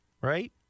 right